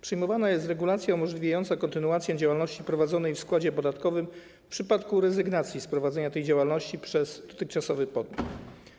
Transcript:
Przyjmowana jest regulacja umożliwiająca kontynuację działalności prowadzonej w składzie podatkowym w przypadku rezygnacji z prowadzenia tej działalności przez dotychczasowy podmiot.